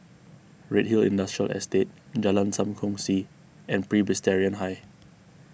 Redhill Industrial Estate Jalan Sam Kongsi and Presbyterian High